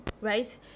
right